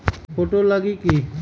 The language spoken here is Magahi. फोटो लगी कि?